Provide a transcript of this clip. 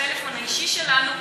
לפלאפון האישי שלנו,